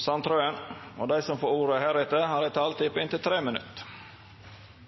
som heretter får ordet, har ei taletid på inntil 3 minutt. Noen av de største demokratiske markeringene vi har